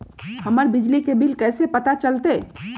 हमर बिजली के बिल कैसे पता चलतै?